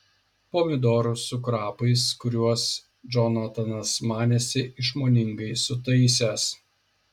pomidorus su krapais kuriuos džonatanas manėsi išmoningai sutaisęs